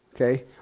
Okay